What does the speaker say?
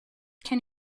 can